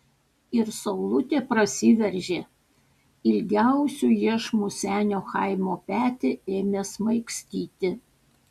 ir saulutė prasiveržė ilgiausiu iešmu senio chaimo petį ėmė smaigstyti